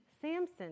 Samson